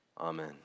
amen